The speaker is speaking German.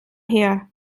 her